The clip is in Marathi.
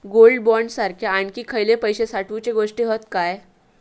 गोल्ड बॉण्ड सारखे आणखी खयले पैशे साठवूचे गोष्टी हत काय?